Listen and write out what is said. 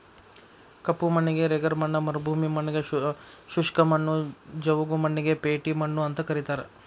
ಕಪ್ಪು ಮಣ್ಣಿಗೆ ರೆಗರ್ ಮಣ್ಣ ಮರುಭೂಮಿ ಮಣ್ಣಗೆ ಶುಷ್ಕ ಮಣ್ಣು, ಜವುಗು ಮಣ್ಣಿಗೆ ಪೇಟಿ ಮಣ್ಣು ಅಂತ ಕರೇತಾರ